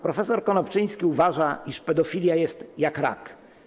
Prof. Konopczyński uważa, iż pedofilia jest jak rak.